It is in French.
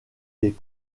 des